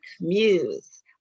Muse